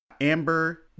Amber